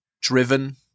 driven